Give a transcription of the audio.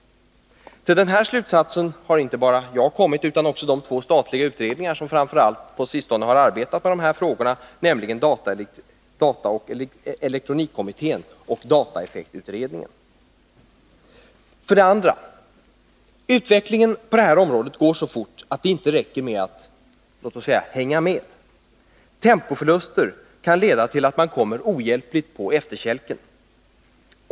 Till denna slutsats har inte bara jag kommit, utan också de två statliga utredningar som på sistone framför allt har arbetat med dessa frågor, nämligen dataoch elektronikkommittén och dataeffektutredningen. För det andra: Utvecklingen på detta område går så fort att det inte räcker med att ”hänga med”. Tempoförluster kan leda till att man kommer ohjälpligt på efterkälken.